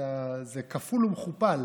זה כפול ומכופל